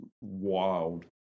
wild